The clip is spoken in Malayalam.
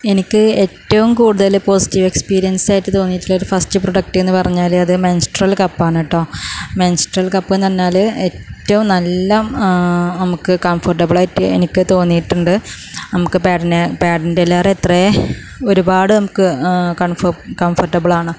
എനിക്ക് ഏറ്റവും കൂടുതല് പോസിറ്റീവ് എക്സ്പീരിയൻസ് ആയിട്ട് തോന്നിയിട്ടുള്ള ഒരു ഫസ്റ്റ് പ്രൊഡക്റ്റ് എന്ന് പറഞ്ഞാല് അത് മെൻസ്ട്രൽ കപ്പ് ആണ് കേട്ടോ മെൻസ്ട്രൽ കപ്പ് എന്ന് പറഞ്ഞാല് ഏറ്റവും നല്ല നമുക്ക് കംഫർട്ടബിൾ ആയിട്ട് എനിക്ക് തോന്നിയിട്ടുണ്ട് നമുക്ക് പാടിന്റെ പാഡിനേക്കാൾ എത്രെ ഒരുപാട് അമ്ക്ക് കൻഫോപ് കംഫർട്ടബിളാണ്